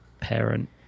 parent